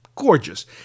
gorgeous